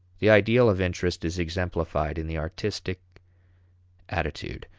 the ideal of interest is exemplified in the artistic attitude.